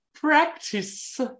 practice